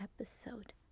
episode